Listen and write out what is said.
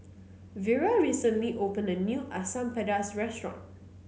Vira recently opened a new Asam Pedas restaurant